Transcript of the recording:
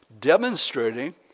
demonstrating